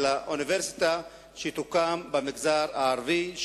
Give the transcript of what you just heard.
אלא אוניברסיטה שתוקם במגזר הערבי,